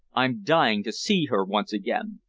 i'm dying to see her once again.